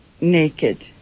naked